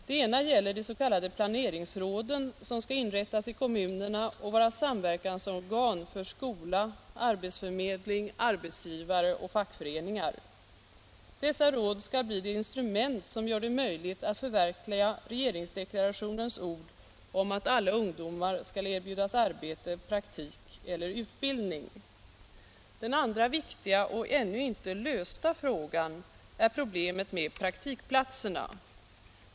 Den ena gäller de s.k. planeringsråden som skall inrättas i kommunerna och vara samverkansorgan för skola, arbetsförmedling, arbetsgivare och fackföreningar. Dessa råd skall bli det instrument som gör det möjligt att förverkliga regeringsdeklarationens ord om att alla ungdomar skall erbjudas arbete, praktik eller utbildning. Den andra viktiga och ännu inte lösta frågan är problemet med praktikplatserna.